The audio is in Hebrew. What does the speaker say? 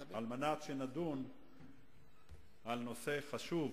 על מנת שנדון על הנושא החשוב.